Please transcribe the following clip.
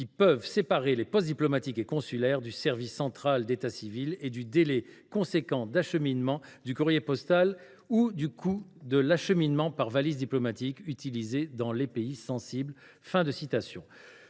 qui peuvent séparer les postes diplomatiques et consulaires du service central d’état civil et du délai conséquent d’acheminement du courrier postal ou du coût de l’acheminement par valise diplomatique, utilisé dans les pays sensibles ».